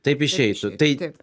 taip išeitų tai